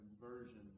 conversion